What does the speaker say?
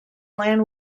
land